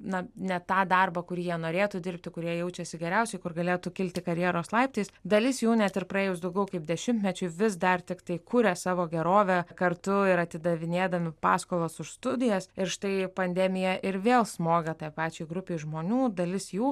na ne tą darbą kurį jie norėtų dirbti kurie jaučiasi geriausiai kur galėtų kilti karjeros laiptais dalis jų net ir praėjus daugiau kaip dešimtmečiui vis dar tiktai kuria savo gerovę kartu ir atidavinėdami paskolas už studijas ir štai pandemija ir vėl smogė tai pačiai grupei žmonių dalis jų